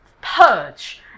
purge